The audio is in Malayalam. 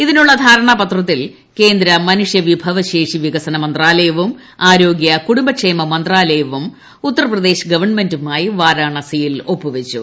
ഇതിനുള്ള ധാരണാപത്രത്തിൽ കേന്ദ്ര മനൂഷ്ട്രീപ്രിഭവശേഷി വികസന മന്ത്രാലയവും ആരോഗ്യകുടുംബക്ഷേമ് മന്ത്രാലയവും ഉത്തർപ്രദേശ് ഗവൺമെന്റുമായി വാരാണസിയിൽ ഒപ്പു വച്ചു